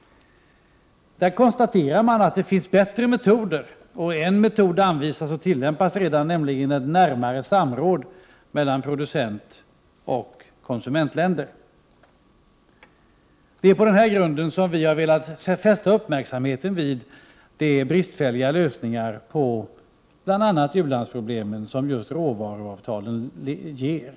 Där konstaterar man att det finns bättre metoder. Och en metod anvisas och tillämpas redan, nämligen ett närmare samråd mellan producentoch konsumentländer. Det är mot den här bakgrunden som vi har velat fästa uppmärksamheten på de bristfälliga lösningar på bl.a. u-landsproblemen som just råvaruavtalen ger.